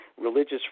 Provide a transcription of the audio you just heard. religious